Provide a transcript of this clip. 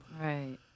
Right